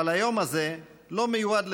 אבל היום הזה לא מיועד לדיבורים,